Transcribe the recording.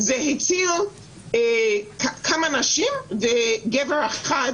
זה הציל כמה נשים וגבר אחד